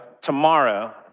tomorrow